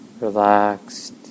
relaxed